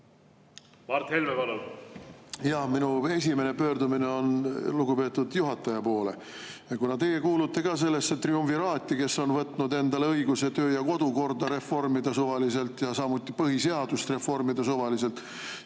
Mart Helme, palun! Minu esimene pöördumine on lugupeetud juhataja poole. Kuna teie kuulute ka sellesse triumviraati, kes on võtnud endale õiguse kodu- ja töökorda reformida suvaliselt, samuti põhiseadust reformida suvaliselt